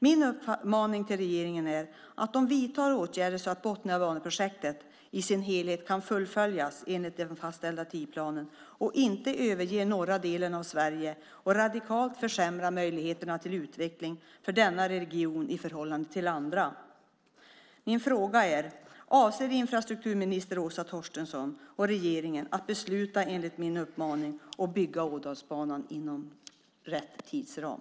Min uppmaning till regeringen är att man vidtar åtgärder så att Botniabaneprojektet kan fullföljas i sin helhet enligt den fastställda tidsplanen, inte överge den norra delen av Sverige och radikalt försämra möjligheterna till utveckling för denna region i förhållande till andra. Avser infrastrukturminister Åsa Torstensson och regeringen att besluta enligt min uppmaning och bygga Ådalsbanan inom rätt tidsram?